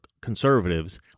conservatives